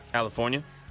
California